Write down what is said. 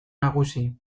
nagusi